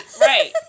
right